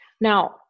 Now